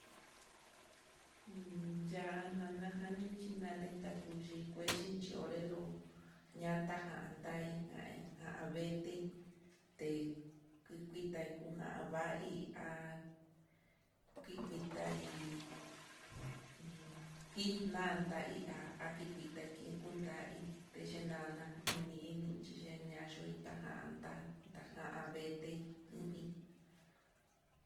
Un ya'a nanajaninchí nalenta kuyii kuexhinchí orelo ñanta jantahí na'a avete te kuitekujan vai há ki kuii tai un kinanta hí la ikuetaki kuntahí té c na unii ninchi uñanxi tajanta tajan vete i iin.